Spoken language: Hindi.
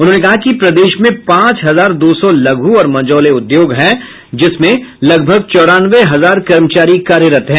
उन्होंने कहा कि प्रदेश में पांच हजार दो सौ लघु और मंझौले उद्योग है जिसमें लगभग चौरानवे हजार कर्मचारी कार्यरत हैं